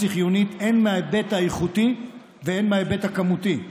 היא חיונית הן מההיבט האיכותי והן מההיבט הכמותי.